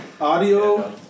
audio